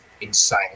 insane